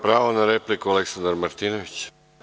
Pravo na repliku, Aleksandar Martinović.